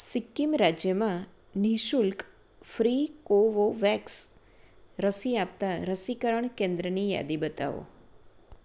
સિક્કિમ રાજ્યમાં નિઃશુલ્ક free Covovax રસી આપતાં રસીકરણ કેન્દ્રની યાદી બતાવો